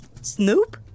Snoop